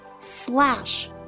slash